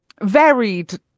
Varied